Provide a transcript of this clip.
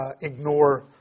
ignore